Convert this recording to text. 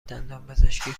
دندانپزشکی